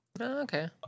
Okay